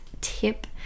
tip